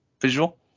visual